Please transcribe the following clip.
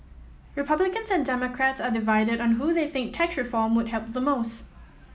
republicans and Democrats are divided on who they think tax reform would help the most